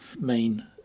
main